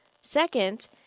Second